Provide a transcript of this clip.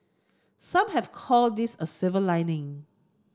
some have called this a silver lining